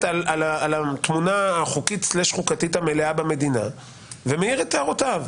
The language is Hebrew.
על התמונה החוקית/חוקתית המלאה במדינה ומעיר את הערותיו.